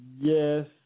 Yes